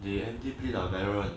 they every day play like veteran